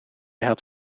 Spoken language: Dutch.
had